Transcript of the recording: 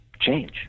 Change